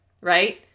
right